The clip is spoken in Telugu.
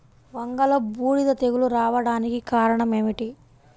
వంగలో బూడిద తెగులు రావడానికి కారణం ఏమిటి?